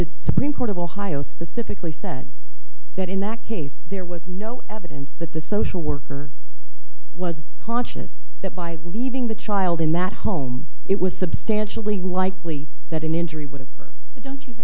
that supreme court of ohio specifically said that in that case there was no evidence that the social worker was conscious that by leaving the child in that home it was substantially likely that an injury would have her it don't you